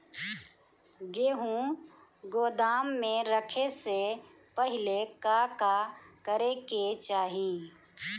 गेहु गोदाम मे रखे से पहिले का का करे के चाही?